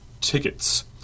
tickets